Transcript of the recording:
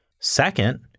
Second